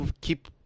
keep